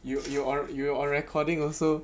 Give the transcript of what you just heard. you you on you on recording also